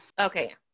Okay